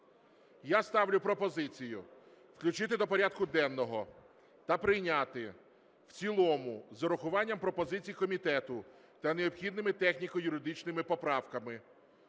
Я ставлю пропозицію включити до порядку денного та прийняти в цілому з урахуванням пропозицій комітету та необхідними техніко-юридичними поправками